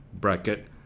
Bracket